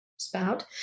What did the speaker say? Spout